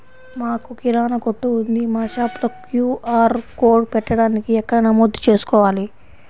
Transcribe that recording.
మాకు కిరాణా కొట్టు ఉంది మా షాప్లో క్యూ.ఆర్ కోడ్ పెట్టడానికి ఎక్కడ నమోదు చేసుకోవాలీ?